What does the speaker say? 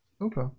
Okay